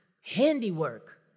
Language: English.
handiwork